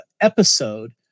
episode